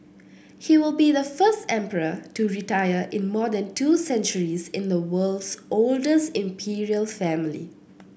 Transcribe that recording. he will be the first emperor to retire in more than two centuries in the world's oldest imperial family